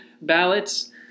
ballots